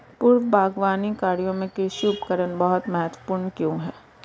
पूर्व बागवानी कार्यों में कृषि उपकरण बहुत महत्वपूर्ण क्यों है?